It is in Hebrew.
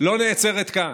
כאן